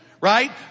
right